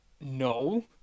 No